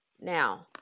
Now